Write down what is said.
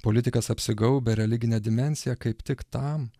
politikas apsigaubia religine dimensija kaip tik tam